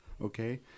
okay